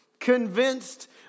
convinced